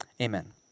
amen